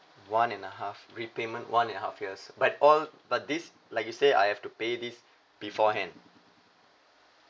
one and a half repayment one and a half years but all but this like you say I have to pay this beforehand